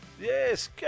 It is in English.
Yes